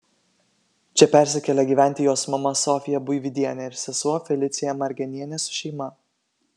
čia persikėlė gyventi jos mama sofija buividienė ir sesuo felicija margenienė su šeima